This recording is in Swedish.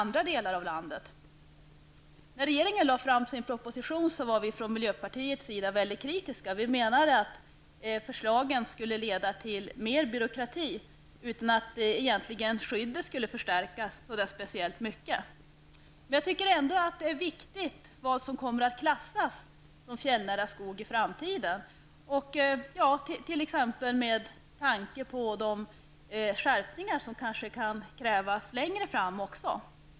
När regeringen lade fram sin proposition var vi från miljöpartiets sida ganska kritiska. Vi menade att förslagen skulle leda till mer byråkrati utan att skyddet egentligen skulle förstärkas så mycket. Men jag tycker ändå att det är viktigt vad som kommer att klassas som fjällnära skog i framtiden, t.ex. med tanke på de skärpningar som kanske kan krävas längre fram.